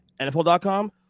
NFL.com